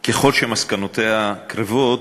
ככל שמסקנותיה קרבות,